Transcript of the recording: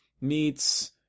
meets